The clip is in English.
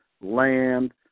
land